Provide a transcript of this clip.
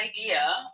idea